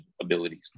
abilities